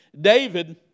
David